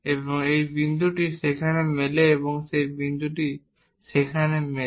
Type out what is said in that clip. এবং এই বিন্দুটি সেখানে মেলে এবং এই বিন্দুটি সেখানে মেলে